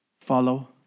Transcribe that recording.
follow